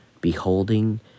beholding